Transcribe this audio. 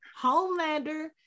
Homelander